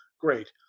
great